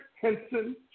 Henson